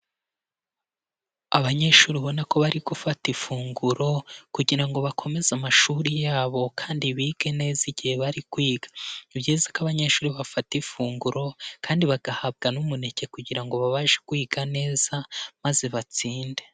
Abanyeshuri ubona ko bari gufata ifunguro kugira ngo bakomeze amashuri yabo kandi bige neza igihe bari kwiga, ni byiza ko abanyeshuri bafata ifunguro kandi bagahabwa n'umuneke kugira ngo babashe kwiga neza maze batsinde.